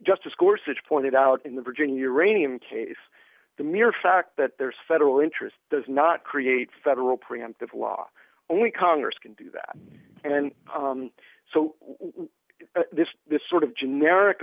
courses pointed out in the virginia uranium case the mere fact that there's federal interest does not create federal preemptive law only congress can do that and so this sort of generic